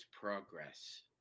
progress